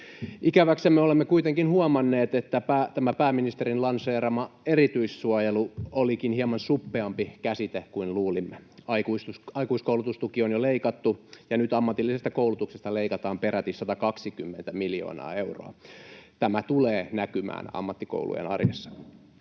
Ikäväksemme olemme kuitenkin huomanneet, että tämä pääministerin lanseeraama ”erityissuojelu” olikin hieman suppeampi käsite kuin luulimme. Aikuiskoulutustuki on jo leikattu, ja nyt ammatillisesta koulutuksesta leikataan peräti 120 miljoonaa euroa. Tämä tulee näkymään ammattikoulujen arjessa.